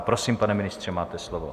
Prosím, pane ministře, máte slovo.